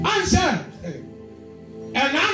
Answer